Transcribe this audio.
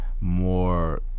more